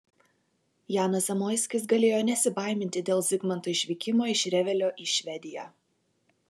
janas zamoiskis galėjo nesibaiminti dėl zigmanto išvykimo iš revelio į švediją